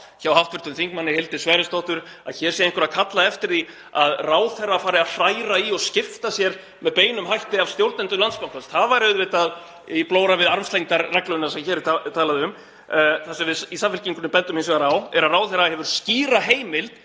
hjá hv. þm. Hildi Sverrisdóttur að hér sé einhver að kalla eftir því að ráðherra fari að hræra í og skipta sér með beinum hætti af stjórnendum Landsbankans. Það færi auðvitað í blóra við armslengdarregluna sem hér er talað um. Það sem við í Samfylkingunni bendum hins vegar á er að ráðherra hefur skýra heimild